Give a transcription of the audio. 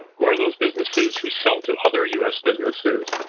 who are those businesses who sell to other us businesses,